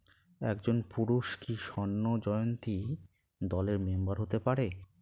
একজন পুরুষ কি স্বর্ণ জয়ন্তী দলের মেম্বার হতে পারে?